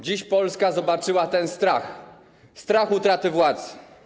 Dziś Polska zobaczyła ten strach, strach przed utratą władzy.